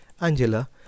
Angela